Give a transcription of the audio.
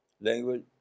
language